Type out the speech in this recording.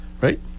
right